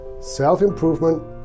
self-improvement